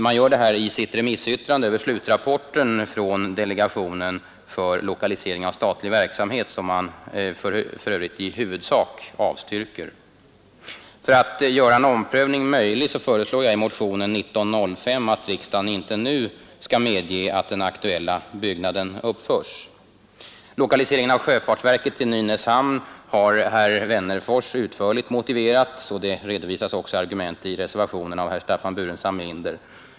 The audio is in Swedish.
Man gör detta i sitt remissyttrande över slutrapporten från delegationen för lokalisering av statlig verksamhet, en rapport som man för övrigt i huvudsak avstyrker. För att göra en omprövning möjlig föreslår jag i motionen 1905, att riksdagen inte nu medger att den aktuella byggnaden uppförs. Lokaliseringen av sjöfartsverket till Nynäshamn har herr Wennerfors utförligt motiverat. Argument redovisas också i reservationen av herr Burenstam Linder.